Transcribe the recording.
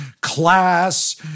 class